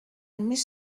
més